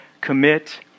commit